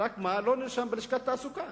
רק מה, שלא נרשם בלשכת התעסוקה.